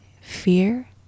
Fear